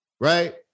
right